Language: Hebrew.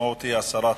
המשמעות היא הסרה.